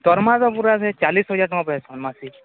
ଦରମା ତ ପୁରା ସେ ଚାଳିଶ ହଜାର ଟଙ୍କା ପ୍ରାୟ ଛଅ ମାସ୍କେ